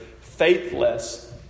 faithless